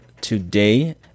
today